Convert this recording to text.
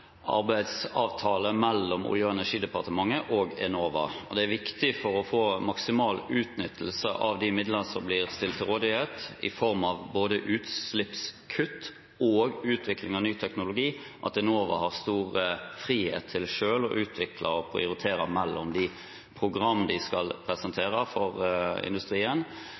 arbeidsavtale mellom Olje- og energidepartementet og Enova. Det er viktig for å få maksimal utnyttelse av de midlene som blir stilt til rådighet, i form av både utslippskutt og utvikling av ny teknologi, at Enova har stor frihet til selv å utvikle og prioritere mellom de programmene de skal presentere for industrien,